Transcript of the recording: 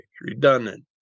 redundant